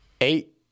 eight